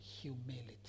humility